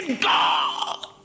God